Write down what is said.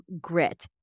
grit